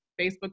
facebook